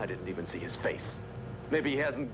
i didn't even see his face maybe hadn't